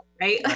Right